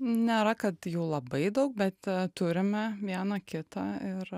nėra kad jų labai daug bet turime vieną kitą ir